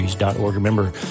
Remember